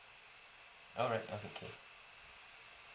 alright okay